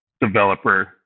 developer